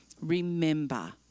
remember